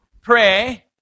pray